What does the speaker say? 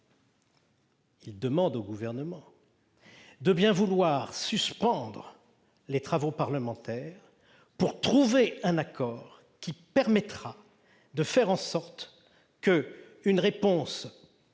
Il demande au Gouvernement de bien vouloir suspendre les travaux parlementaires pour trouver un accord permettant de faire en sorte qu'une réponse